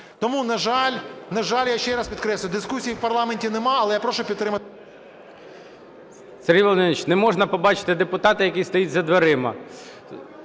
жаль, на жаль, я ще раз підкреслюю, дискусії у парламенті нема, але я прошу підтримати… ГОЛОВУЮЧИЙ. Сергій Володимирович, не можна побачити депутата, який стоїть за дверима.